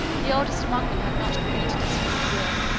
the oldest among them had not completed its fifth year.